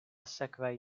sekvaj